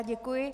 Děkuji.